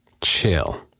Chill